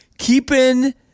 Keeping